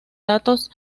datos